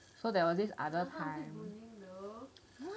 so there was this other time